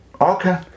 Okay